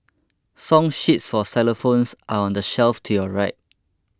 song sheets for xylophones are on the shelf to your right